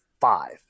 five